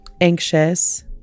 anxious